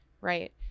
right